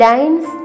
Lines